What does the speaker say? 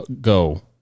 go